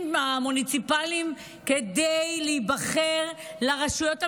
המוניציפליים כדי להיבחר לרשויות המקומיות,